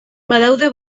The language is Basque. badaude